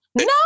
No